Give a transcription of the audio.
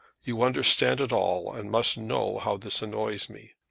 you understand it all, and must know how this annoys me.